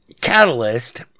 Catalyst